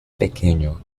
pequeño